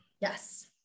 Yes